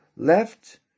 Left